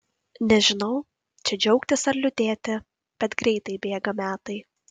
nežinau čia džiaugtis ar liūdėti bet greitai bėga metai